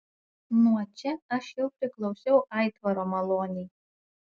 nuo čia aš jau priklausiau aitvaro malonei